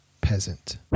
peasant